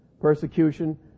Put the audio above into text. persecution